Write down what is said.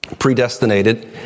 Predestinated